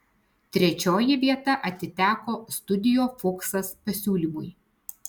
trečioji vieta atiteko studio fuksas pasiūlymui